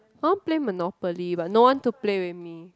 I want play monopoly but no one to play with me